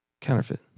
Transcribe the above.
counterfeit